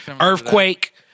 Earthquake